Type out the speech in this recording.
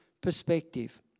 perspective